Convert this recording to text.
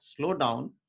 slowdown